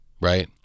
right